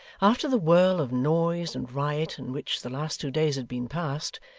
after the whirl of noise and riot in which the last two days had been passed,